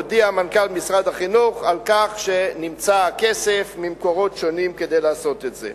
הודיע מנכ"ל משרד החינוך שנמצא הכסף ממקורות שונים לעשות את זה.